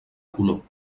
color